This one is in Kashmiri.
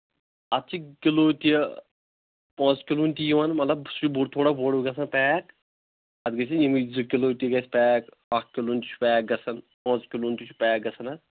اَتھ چھِ کِلوٗ تہِ پانٛژھٕ کِلوُن تہِ یِوان مطلب سُہ چھِ بوٚڑ تھوڑا بوٚڑ گژھان پیک اَتھ گژھان یِمَے زٕ کِلوٗ تہِ گژھِ پیک اکھ کِلوُن تہِ چھُ پیک گژھان پانٛژٕ کِلوُن تہِ چھُ پیک گژھان اَتھ